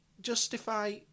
justify